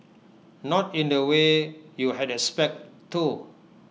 not in the way you had expect though